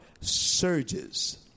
surges